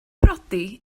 priodi